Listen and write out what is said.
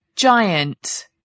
Giant